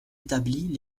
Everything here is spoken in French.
établis